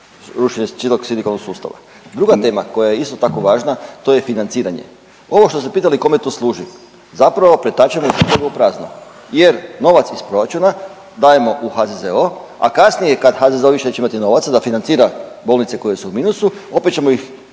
rušenje cijelog sindikalnog sustava. Druga tema što je isto tako važna to je financiranje. Ovo što ste pitali kome to služi, zapravo pretačemo iz šupljega u prazno jer novac iz proračuna dajemo u HZZO, a kasnije kad HZZO više neće imati novaca da financira bolnice koje su u minusu opet ćemo ih